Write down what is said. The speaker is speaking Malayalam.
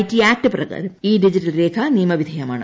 റ്റി ആക്ട് പ്രകാരം ഈ ഡിജിറ്റൽ രേഖ നിയമവിധേയമാണ്